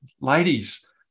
ladies